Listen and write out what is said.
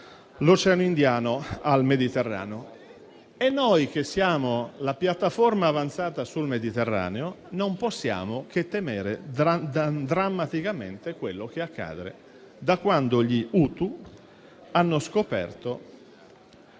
l'Oceano Indiano al Mediterraneo. Noi, che siamo la piattaforma avanzata sul Mediterraneo, non possiamo che temere drammaticamente quello che accade da quando gli Houthi hanno scoperto